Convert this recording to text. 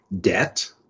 debt